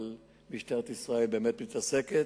אבל משטרת ישראל באמת מתעסקת,